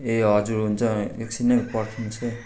ए हजुर हुन्छ एकछिन है पर्खिनुहोस् है